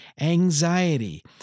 anxiety